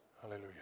Hallelujah